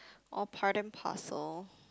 all part and parcel